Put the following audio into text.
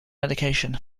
medication